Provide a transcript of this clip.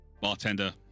bartender